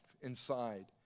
inside